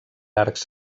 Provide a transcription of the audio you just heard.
arcs